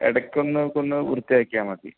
ഇടയ്ക്ക് ഒന്ന് ഒന്ന് വൃത്തിയാക്കിയാൽ മതി